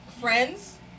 Friends